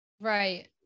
right